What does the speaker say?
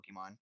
Pokemon